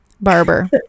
barber